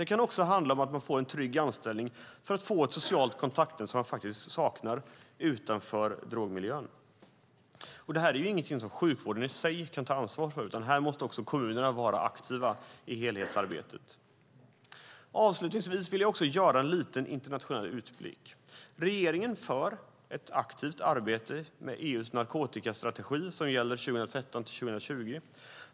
Det kan också handla om att få en trygg anställning för att få ett socialt kontaktnät som man saknar utanför drogmiljön. Det här är ju ingenting som sjukvården i sig kan ta ansvar för, utan här måste kommunerna vara aktiva i helhetsarbetet. Avslutningsvis vill jag göra en liten internationell utblick. Regeringen gör ett aktivt arbete med EU:s narkotikastrategi som gäller 2013-2020.